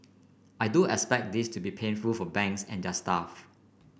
I do expect this to be painful for banks and their staff